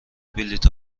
بلیط